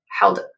held